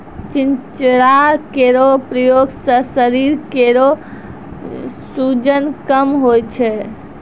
चिंचिड़ा केरो प्रयोग सें शरीर केरो सूजन कम होय छै